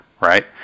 right